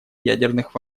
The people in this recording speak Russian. ядерных